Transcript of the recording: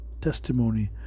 testimony